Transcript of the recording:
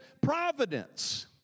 providence